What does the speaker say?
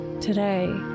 today